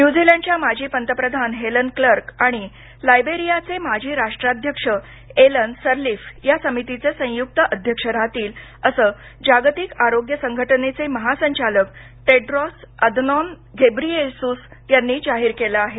न्यूझिलंडच्या माजी पंतप्रधान हेलन क्लर्क आणि लायबेरियाचे माजी राष्ट्राध्यक्ष एलन सरलिफ या समितीचे संयुक्त अध्यक्ष राहतील असं जागतिक आरोग्य संघटनेचे महासंचालक टेड्रॉस अदानॉन घेब्रीयेसुस यांनी जाहीर केलं आहे